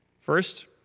First